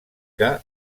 que